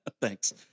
Thanks